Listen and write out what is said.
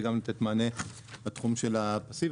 וגם לתת מענה בתחום של ---.